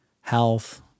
health